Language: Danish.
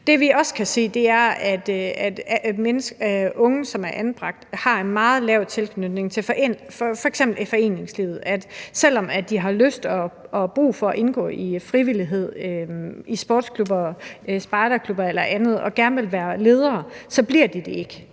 Det, vi også kan se, er, at unge, som er anbragt, har en meget lav tilknytning til f.eks. foreningslivet. Selv om de har lyst til og brug for at indgå i frivillighed i sportsklubber, spejderklubber eller andet og gerne vil være ledere, bliver de det ikke.